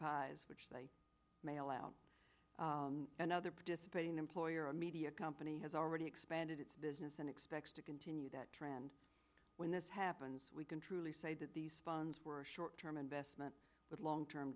pies which they mail out another participating employer a media company has already expanded its business and expects to continue that trend when this happens we can truly say that these funds were a short term investment with long term